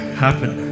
happen